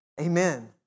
Amen